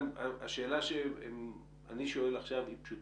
והשאלה שאני שואל עכשיו היא פשוטה: